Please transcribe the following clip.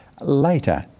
later